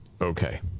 okay